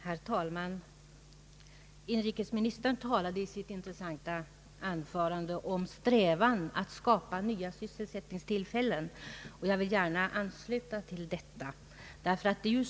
Herr talman! Inrikesministern talade 1 sitt intressanta anförande om strävan att skapa nya sysselsättningstillfällen. Jag vill gärna ansluta till detta.